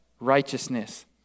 righteousness